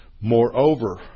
Moreover